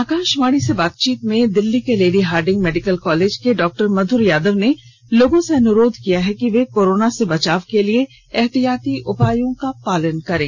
आकाशवाणी से बातचीत में दिल्ली के लेडी हार्डिंग मेडिकल कॉलेज के डॉ मध्र यादव ने लोगों से अनुरोध किया कि वे कोरोना से बचाव के लिए ऐहतियाती उपायों का पालन करें